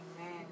Amen